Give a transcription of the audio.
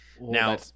Now